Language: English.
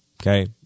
Okay